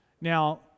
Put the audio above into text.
Now